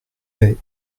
paie